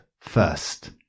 first